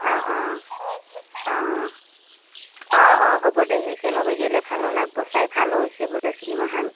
অঁ অঁ অঁ অঁ অঁ অঁ হ'ব দে একেলগে গ'লে ভালো লাগিব চাই ভালো হৈছে বোলে চিনেমাখন